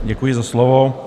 Děkuji za slovo.